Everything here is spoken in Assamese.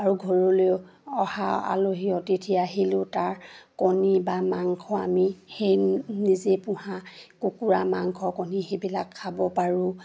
আৰু ঘৰলৈ অহা আলহী অতিথি আহিলেও তাৰ কণী বা মাংস আমি সেই নিজেই পোহা কুকুৰা মাংস কণী সেইবিলাক খাব পাৰোঁ